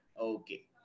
Okay